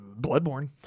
Bloodborne